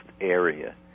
area